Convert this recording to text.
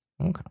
Okay